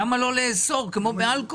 למה לא לאסור, כמו באלכוהול?